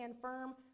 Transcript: firm